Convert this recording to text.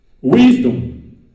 Wisdom